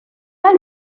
pas